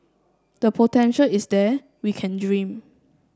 the potential is there we can dream